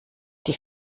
die